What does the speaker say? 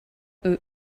eux